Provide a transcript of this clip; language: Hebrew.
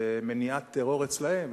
ומניעת טרור אצלם,